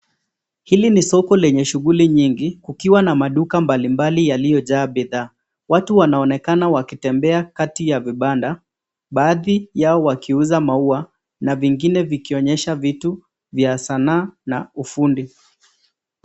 Hili ni soko lenye shughuli nyingi kukiwa na maduka mbalimbali yaliyojaa bidhaa .Watu wanonekana wakitembea kati ya vibanda baadhi yao wanauza maua na vingine vikionyesha vitu vya zanaa za ufundi.